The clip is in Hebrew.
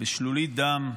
בשלולית דם,